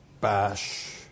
bash